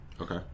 Okay